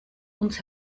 uns